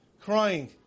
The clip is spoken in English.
crying